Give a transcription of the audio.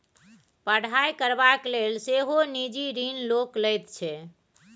पढ़ाई करबाक लेल सेहो निजी ऋण लोक लैत छै